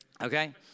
Okay